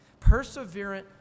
Perseverant